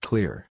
Clear